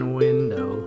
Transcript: window